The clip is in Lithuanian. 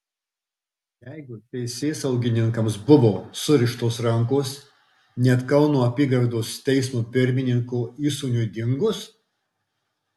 jeigu teisėsaugininkams buvo surištos rankos net kauno apygardos teismo pirmininko įsūniui dingus